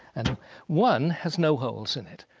and one has no holes in it.